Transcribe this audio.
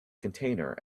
container